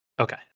Okay